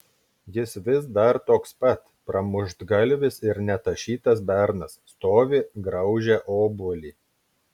jis vis dar toks pat pramuštgalvis ir netašytas bernas stovi graužia obuolį